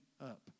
up